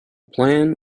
plan